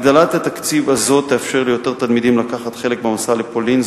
הגדלת התקציב הזו תאפשר ליותר תלמידים לקחת חלק במסע לפולין,